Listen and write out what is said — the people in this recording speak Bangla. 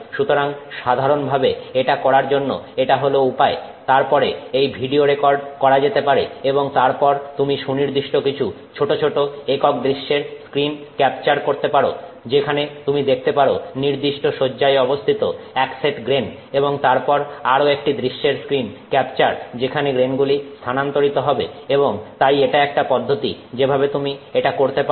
সুতরাং সাধারণভাবে এটা করার জন্য এটা হল উপায় তারপরে এই ভিডিও রেকর্ড করা যেতে পারে এবং তারপর তুমি সুনির্দিষ্ট কিছু ছোট ছোট একক দৃশ্যের স্ক্রীন ক্যাপচার করতে পারো যেখানে তুমি দেখতে পারো নির্দিষ্ট শয্যায় অবস্থিত এক সেট গ্রেন এবং তারপর আরো একটি দৃশ্যের স্ক্রীন ক্যাপচার যেখানে গ্রেনগুলি স্থানান্তরিত হবে এবং তাই এটা একটা পদ্ধতি যেভাবে তুমি এটা করতে পারো